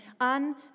on